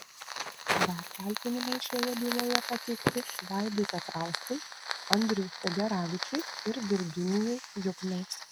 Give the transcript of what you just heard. dar kaltinimai šioje byloje pateikti vaidui petrauskui andriui federavičiui ir virginijui juknai